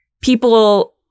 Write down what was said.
people